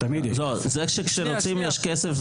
זה שכשרוצים יש כסף,